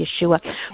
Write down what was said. Yeshua